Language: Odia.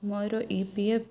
ମୋର ଇ ପି ଏଫ୍